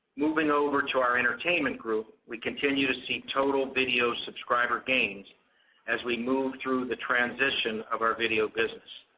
moving over to our entertainment group, we continue to see total video subscriber gains as we move through the transition of our video business.